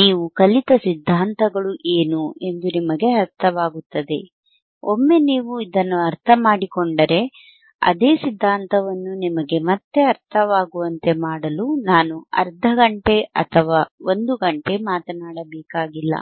ನೀವು ಕಲಿತ ಸಿದ್ಧಾಂತಗಳು ಏನು ಎಂದು ನಿಮಗೆ ಅರ್ಥವಾಗುತ್ತದೆ ಒಮ್ಮೆ ನೀವು ಇದನ್ನು ಅರ್ಥಮಾಡಿಕೊಂಡರೆ ಅದೇ ಸಿದ್ಧಾಂತವನ್ನು ನಿಮಗೆ ಮತ್ತೆ ಅರ್ಥವಾಗುವಂತೆ ಮಾಡಲು ನಾನು ಅರ್ಧ ಗಂಟೆ ಅಥವಾ ಒಂದು ಗಂಟೆ ಮಾತನಾಡಬೇಕಾಗಿಲ್ಲ